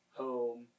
home